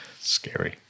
Scary